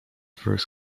first